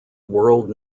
world